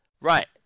right